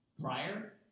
prior